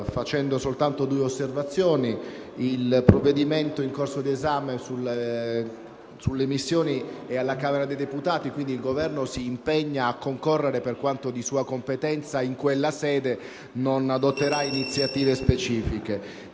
facendo solo due osservazioni. Il provvedimento di riordino sulle missioni è alla Camera dei deputati, quindi il Governo si impegna a concorrere, per quanto di sua competenza, in quella sede, senza adottare iniziative specifiche.